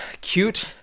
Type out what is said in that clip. Cute